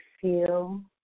feel